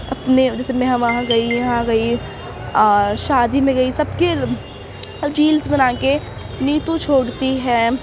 اپنے جیسے میں وہاں گئی یہاں گئی شادی میں گئی سب کے ریلس بنا کے نیتو چھوڑتی ہے